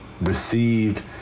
received